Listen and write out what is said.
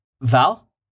Val